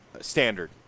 Standard